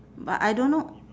but I don't know